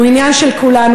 הוא עניין של כולנו,